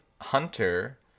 hunter